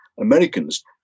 Americans